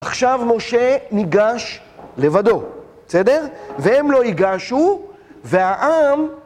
עכשיו משה ניגש לבדו, בסדר? והם לא ייגשו, והעם...